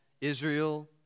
Israel